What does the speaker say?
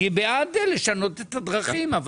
אני בעד לשנות את הדרכים,